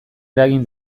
eragin